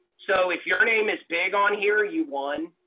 so if your name is big on here, you won.